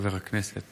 חבר הכנסת